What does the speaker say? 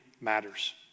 matters